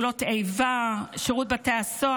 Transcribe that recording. ארגון נפגעי פעולות האיבה, שירות בתי הסוהר,